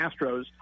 Astros